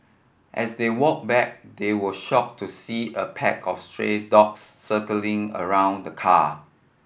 as they walk back they were shocked to see a pack of stray dogs circling around the car